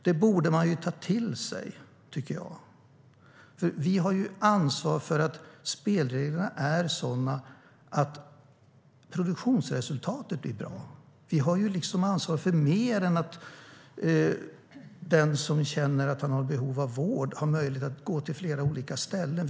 Det borde man ta till sig, tycker jag. Vi har ansvar för att spelreglerna är sådana att produktionsresultatet blir bra. Vi har ansvar för mer än att den som känner att han har behov av vård har möjlighet att gå till flera olika ställen.